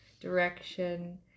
direction